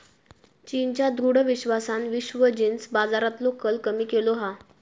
चीनच्या दृढ विश्वासान विश्व जींस बाजारातलो कल कमी केलो हा